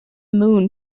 moon